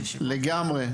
ישיבות --- אני מסכים